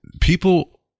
people